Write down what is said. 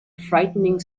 frightening